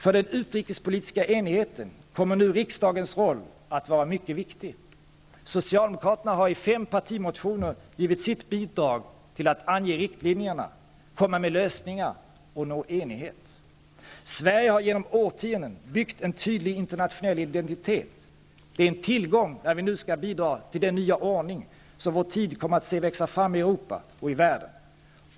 För den utrikespolitiska enigheten kommer riksdagens roll nu att vara mycket viktig. Socialdemokraterna har i fem partimotioner givit sitt bidrag till att ange riktlinjerna, komma med lösningar och nå enighet. Sverige har genom årtionden byggt en tydlig internationell identitet. Den är en tillgång när vi nu skall bidra till den nya ordning som vår tid kommer att se växa fram i Europa och i världen.